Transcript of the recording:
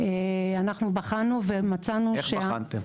אנחנו בחנו ומצאנו- - איך בחנתם?